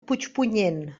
puigpunyent